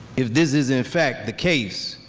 if this is, in fact, the case